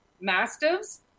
mastiffs